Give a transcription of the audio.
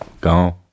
Gone